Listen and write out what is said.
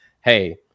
hey